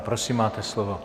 Prosím, máte slovo.